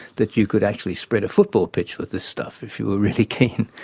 that you could actually spread a football pitch with this stuff if you were really keen.